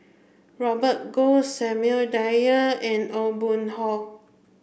Robert Goh Samuel Dyer and Aw Boon Haw